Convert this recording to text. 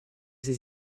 ses